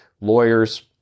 lawyers